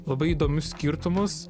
labai įdomius skirtumus